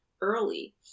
early